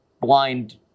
blind